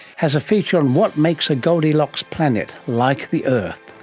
has a feature on what makes a goldilocks planet like the earth,